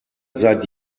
seit